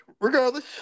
Regardless